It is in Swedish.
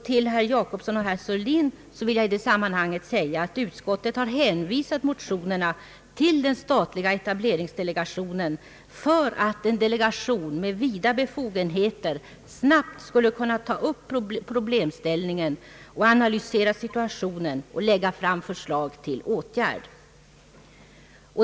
Till herrar Jacobsson och Sörlin vill jag i detta sammanhang säga att utskottet har hänvisat motionerna till den statliga etableringsdelegationen för att en delegation med vida befogenheter snabbt skulle kunna ta upp problemställningen, analysera situationen och lägga fram sitt förslag till åtgärder.